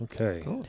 Okay